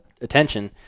attention